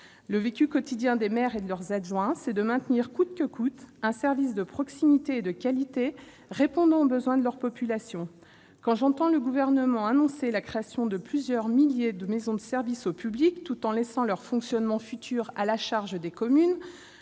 Le vécu quotidien des maires et de leurs adjoints, c'est le maintien coûte que coûte d'un service de proximité et de qualité répondant aux besoins de leur population. Quand j'entends le Gouvernement annoncer la création de plusieurs milliers de maisons des services au public, tout en laissant leur fonctionnement futur à la charge des communes,